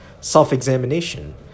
self-examination